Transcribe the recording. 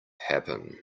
happen